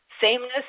sameness